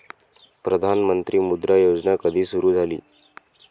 प्रधानमंत्री मुद्रा योजना कधी सुरू झाली?